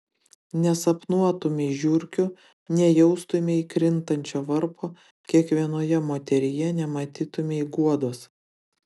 nesapnuotumei žiurkių nejaustumei krintančio varpo kiekvienoje moteryje nematytumei guodos